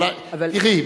אבל תראי,